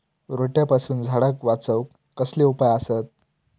रोट्यापासून झाडाक वाचौक कसले उपाय आसत?